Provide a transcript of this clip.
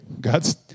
God's